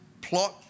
plot